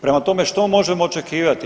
Prema tome, što možemo očekivati?